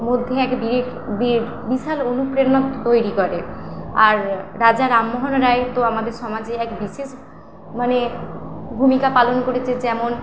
মধ্যে এক বীর বীর বিশাল অনুপ্রেরণা তৈরি করে আর রাজা রামমোহন রায় তো আমাদের সমাজে এক বিশেষ মানে ভূমিকা পালন করেছে যেমন